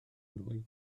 nwy